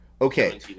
Okay